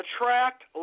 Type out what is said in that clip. attract